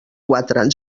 quatre